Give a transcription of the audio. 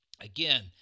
Again